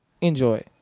enjoy